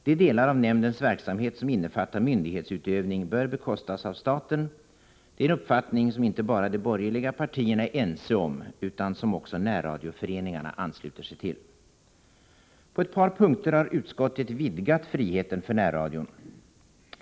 De delar av nämndens verksamhet som innefattar myndighetsutövning bör bekostas av staten. Det är en uppfattning som inte bara de borgerliga partierna är ense om, utan som också närradioföreningarna ansluter sig till. På ett par punkter har utskottet vidgat friheten för närradion.